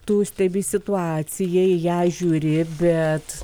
tu stebi situaciją į ją žiūri bet